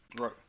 Right